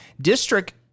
district